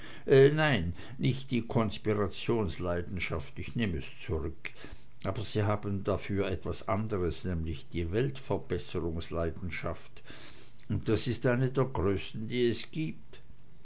nein nicht die konspirationsleidenschaft ich nehm es zurück aber sie haben dafür was andres nämlich die weltverbesserungsleidenschaft und das ist eine der größten die es gibt